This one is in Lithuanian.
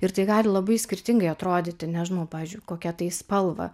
ir tai gali labai skirtingai atrodyti nežinau pavyzdžiui kokia tai spalva